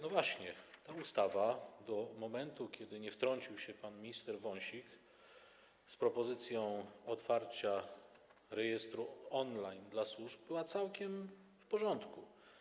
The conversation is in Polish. No właśnie, ta ustawa dopóki nie wtrącił się pan minister Wąsik z propozycją otwarcia rejestru on-line dla służb, była całkiem w porządku.